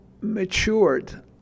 matured